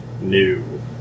New